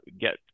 get